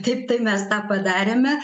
taip tai mes tą padarėme